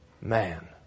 man